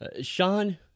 Sean